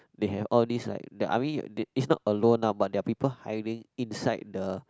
they have all these like the I mean they it's not alone lah but they have people hiding inside the